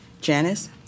Janice